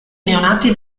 neonati